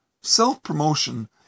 Self-promotion